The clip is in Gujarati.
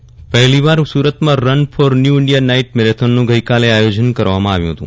ભારતમાં પહેલીવાર સુરતમાં run for new India night મેરેથોનનું ગઈકાલેઆયોજન કરવામાં આવ્યું હતું